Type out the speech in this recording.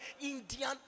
Indian